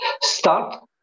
start